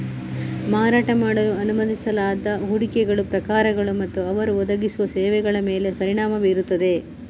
ಮಾರಾಟ ಮಾಡಲು ಅನುಮತಿಸಲಾದ ಹೂಡಿಕೆಗಳ ಪ್ರಕಾರಗಳು ಮತ್ತು ಅವರು ಒದಗಿಸುವ ಸೇವೆಗಳ ಮೇಲೆ ಪರಿಣಾಮ ಬೀರುತ್ತದೆ